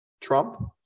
Trump